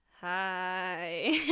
hi